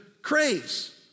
craves